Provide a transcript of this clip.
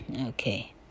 Okay